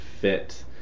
fit